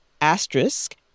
Asterisk